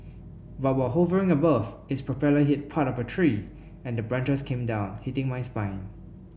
but while hovering above its propeller hit part of a tree and branches came down hitting my spine